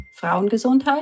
Frauengesundheit